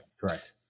correct